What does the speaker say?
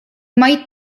mait